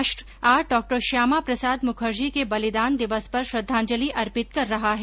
राष्ट्र आज डॉ श्यामा प्रसाद मुखर्जी के बलिदान दिवस पर श्रद्धांजलि अर्पित कर रहा है